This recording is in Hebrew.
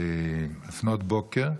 לפנות בוקר,